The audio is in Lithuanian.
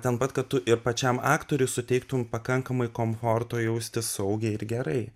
ten pat kad tu ir pačiam aktoriui suteiktum pakankamai komforto jaustis saugiai ir gerai